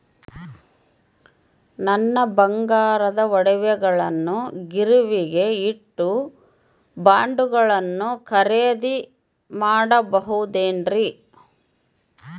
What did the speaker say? ನನ್ನ ಬಂಗಾರದ ಒಡವೆಗಳನ್ನ ಗಿರಿವಿಗೆ ಇಟ್ಟು ಬಾಂಡುಗಳನ್ನ ಖರೇದಿ ಮಾಡಬಹುದೇನ್ರಿ?